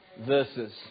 verses